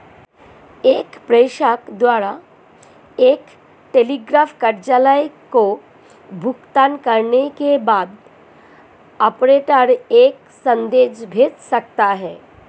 एक प्रेषक द्वारा एक टेलीग्राफ कार्यालय को भुगतान करने के बाद, ऑपरेटर एक संदेश भेज सकता है